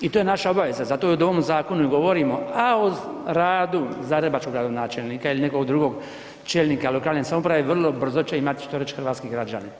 I to je naša obaveza, zato o ovom zakonu i govorimo, a o radu zagrebačkog gradonačelnika ili nekog drugog čelnika lokalne samouprave vrlo brzo će imati što reći hrvatski građani.